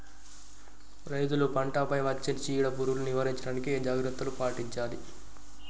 రైతులు పంట పై వచ్చే చీడ పురుగులు నివారించడానికి ఏ జాగ్రత్తలు పాటించాలి?